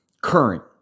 current